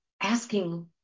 Asking